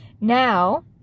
Now